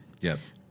Yes